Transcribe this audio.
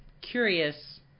curious